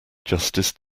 justice